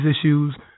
issues